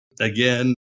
again